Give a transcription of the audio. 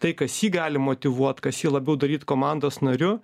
tai kas jį gali motyvuot kas jį labiau daryt komandos nariu